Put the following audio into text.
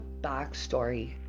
backstory